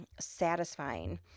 satisfying